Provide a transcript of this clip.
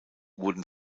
wurden